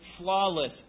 flawless